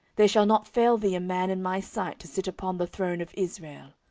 there shall not fail thee a man in my sight to sit upon the throne of israel